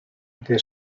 they